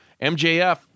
MJF